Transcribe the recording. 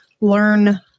learn